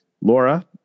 Laura